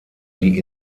die